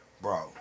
bro